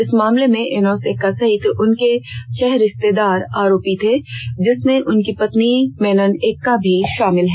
इस मामले में एनोस एक्का सहित उनके छह रिष्तेदार आरोपी थे जिनमें उनकी पत्नी मेनन एक्का भी शामिल हैं